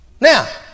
Now